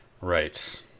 Right